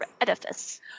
edifice